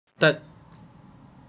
third